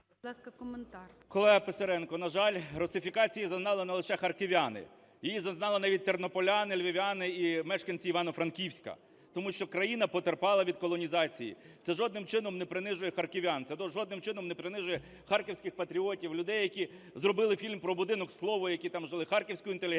Колега Писаренко, на жаль, русифікації зазнали не лише харків'яни. Її зазнали навіть тернополяни, львів'яни і мешканці Івано-Франківська, тому що країна потерпала від колонізації. Це жодним чином не принижує харків'ян, це жодним чином не принижує харківських патріотів, людей, які зробили фільм про "Будинок "Слово", які там жили, харківську інтелігенцію,